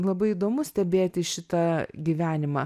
labai įdomu stebėti šitą gyvenimą